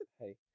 Hey